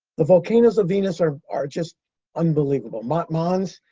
the volcanoes of venus are are just unbelievable. maat mons,